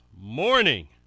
morning